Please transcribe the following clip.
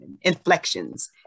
inflections